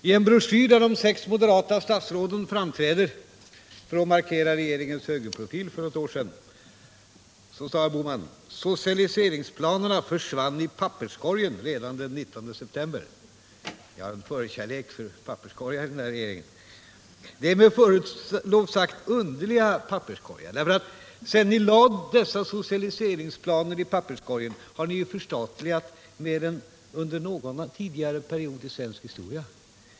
I en broschyr för ett år sedan där de sex moderata statsråden framträdde för att markera regeringens högerprofil sade herr Bohman: ”Socialiseringsplanerna försvann i papperskorgen redan den 19 september.” Man har i den nuvarande regeringen en förkärlek för papperskorgar, med förlov sagt underliga papperskorgar. Sedan ni lade dessa socialiseringsplaner i papperskorgen har ni förstatligat mer än under någon tidigare period i svensk historia.